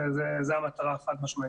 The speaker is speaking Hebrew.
זאת המטרה, חד משמעית.